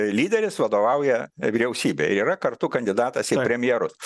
lyderis vadovauja vyriausybei yra kartu kandidatas į premjerus